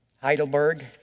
Heidelberg